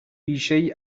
بیشهای